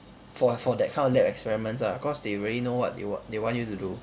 for for that kind of lab experiments ah cause they already know what they want they want you to do